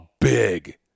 big